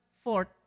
fourth